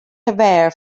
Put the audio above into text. surveyor